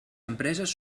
empreses